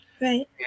right